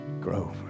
grow